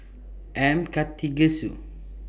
M Karthigesu